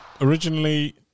originally